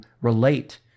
relate